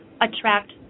attract